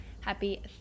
Happy